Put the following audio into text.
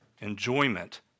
Enjoyment